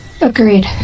Agreed